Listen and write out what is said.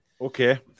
Okay